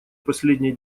последнее